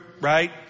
right